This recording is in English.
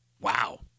Wow